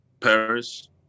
Paris